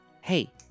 hey